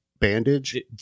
bandage